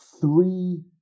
three